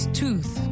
tooth